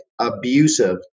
abusive